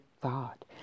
Thought